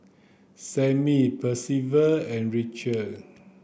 Sammy Percival and Richelle